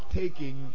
taking